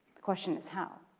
the question is how.